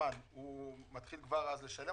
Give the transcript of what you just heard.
הוא מתחיל כבר אז לשלם,